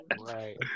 Right